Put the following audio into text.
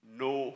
no